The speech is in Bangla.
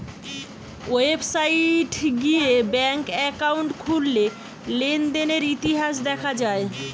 ওয়েবসাইট গিয়ে ব্যাঙ্ক একাউন্ট খুললে লেনদেনের ইতিহাস দেখা যায়